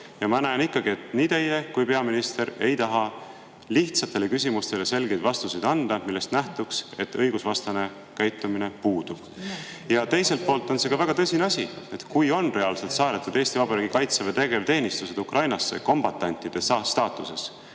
Ja ma näen ikkagi, et nii teie kui peaminister ei taha lihtsatele küsimustele anda selgeid vastuseid, millest nähtuks, et õigusvastane käitumine puudub. Teiselt poolt on see väga tõsine asi, kui on reaalselt saadetud Eesti Vabariigi Kaitseväe tegevteenistusest Ukrainasse rahvusvahelise õiguse